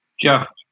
Jeff